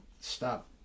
stop